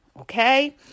okay